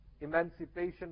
Emancipation